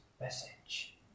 message